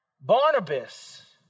Barnabas